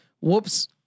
whoops